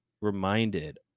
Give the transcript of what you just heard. reminded